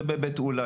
זה בבית אולא,